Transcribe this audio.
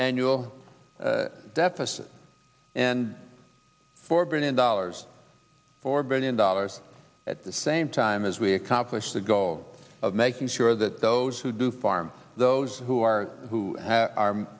annual deficit and four billion dollars four billion dollars at the same time as we accomplish the goal of making sure that those who do farm those who are who are